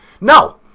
No